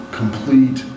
complete